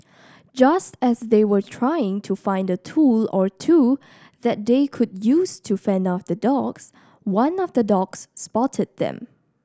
just as they were trying to find a tool or two that they could use to fend off the dogs one of the dogs spotted them